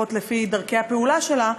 לפחות לפי דרכי הפעולה שלה.